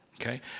Okay